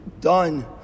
done